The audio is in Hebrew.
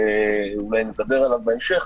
שאולי נדבר עליו בהמשך.